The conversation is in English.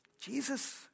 Jesus